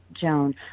Joan